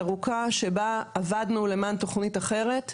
ארוכה שבה עבדנו למען תכנית אחרת.